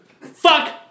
Fuck